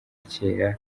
kera